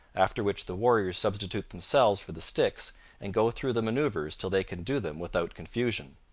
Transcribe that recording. after which the warriors substitute themselves for the sticks and go through the manoeuvres till they can do them without confusion.